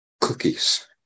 cookies